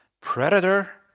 predator